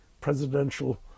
presidential